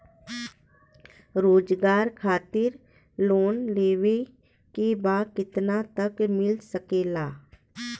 रोजगार खातिर लोन लेवेके बा कितना तक मिल सकेला?